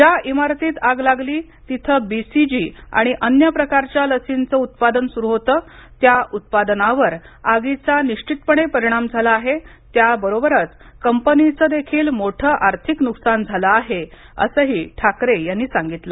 ज्या इमारतीत आग लागली तिथं बीसीजी आणि अन्य प्रकारच्या लर्सीचं उत्पादन सुरू होतं त्या उत्पादनावर आगीचा निश्चितपणे परिणाम झाला आहे त्याचबरोबर कंपनीचं देखील मोठं आर्थिक नुकसान झालं आहे असं ठाकरे यांनी सांगितलं